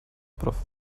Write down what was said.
prof